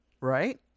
right